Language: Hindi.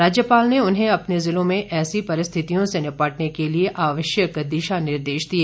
राज्यपाल ने उन्हें अपने जिलों में ऐसी परिस्थितियों से निपटने के लिए आवश्यक दिशा निर्देश दिए